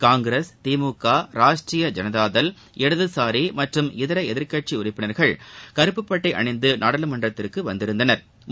காங்கிரஸ் திமுக ராஷ்ட்ரீய ஜனதாதள் இடதுசாரி மற்றும் இதர எதிர்க்கட்சி உறுப்பினர்கள் கருப்பு பட்டை அணிந்து நாடாளுமன்றத்திற்கு வந்திருந்தனா்